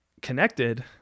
connected